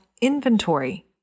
inventory